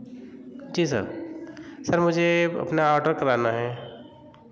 जी sir sir मुझे अपना order कराना है